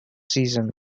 season